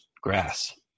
grass